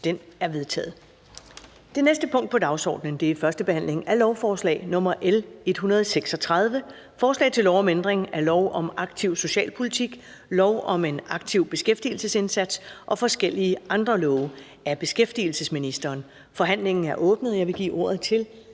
35, stk. 1). --- Det næste punkt på dagsordenen er: 3) 1. behandling af lovforslag nr. L 136: Forslag til lov om ændring af lov om aktiv socialpolitik, lov om en aktiv beskæftigelsesindsats og forskellige andre love. (Justering af retten til ferie med